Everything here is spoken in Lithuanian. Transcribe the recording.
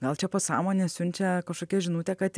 gal čia pasąmonė siunčia kažkokią žinutę kad